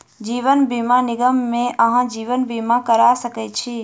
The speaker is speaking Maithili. जीवन बीमा निगम मे अहाँ जीवन बीमा करा सकै छी